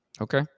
okay